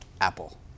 Apple